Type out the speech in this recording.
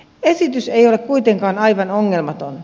esitys ei ole kuitenkaan aivan ongelmaton